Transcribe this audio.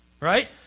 right